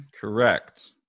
Correct